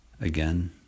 again